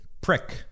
prick